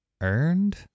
earned